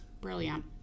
Brilliant